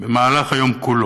במהלך היום כולו.